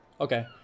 Okay